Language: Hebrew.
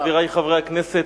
חברי חברי הכנסת,